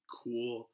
cool